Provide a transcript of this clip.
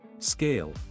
scale